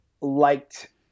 liked –